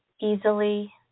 easily